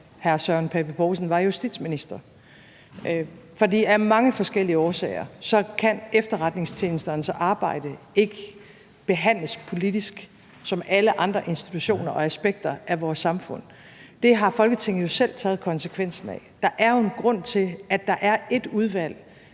hr. Søren Pape Poulsen var justitsminister, for af mange forskellige årsager kan efterretningstjenesters arbejde ikke behandles politisk som alle andre institutioner og aspekter af vores samfund. Det har Folketinget jo selv taget konsekvensen af. Der er jo en grund til, at der er ét udvalg